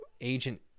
agent